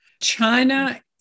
China